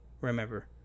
remember